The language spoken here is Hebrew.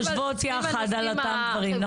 חושבות יחד על אותם דברים.